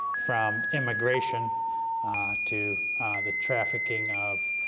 from immigration to the trafficking of